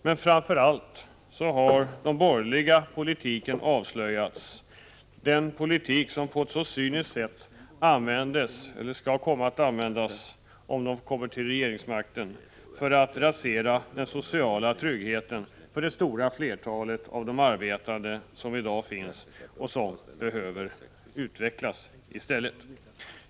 Men framför allt har den borgerliga politiken avslöjats, den politik som, om de borgerliga får regeringsmakten, på ett så cyniskt sätt kommer att tillämpas för att rasera den sociala tryggheten för det stora fleratalet av de arbetande, en trygghet som i stället borde utvecklas.